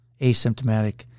asymptomatic